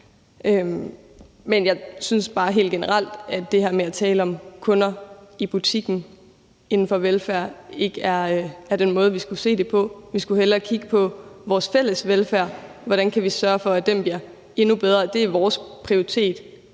Men jeg synes bare helt generelt, at det her med at tale om kunder i butikken inden for velfærd ikke er den måde, vi skal se på det på. Vi skulle hellere kigge på vores fælles velfærd, og hvordan vi kan sørge for, den bliver endnu bedre. Det er vores prioritet.